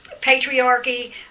patriarchy